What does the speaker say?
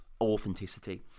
authenticity